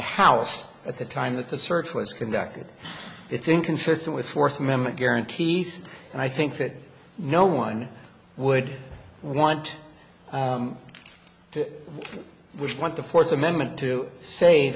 the house at the time that the search was conducted it's inconsistent with fourth amendment guarantees and i think that no one would want to we want the fourth amendment to say